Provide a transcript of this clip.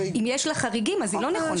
אם יש לה חריגים אז היא לא נכונה,